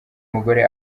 mugore